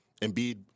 Embiid